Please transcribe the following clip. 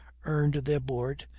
earned their board,